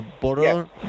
border